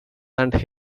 and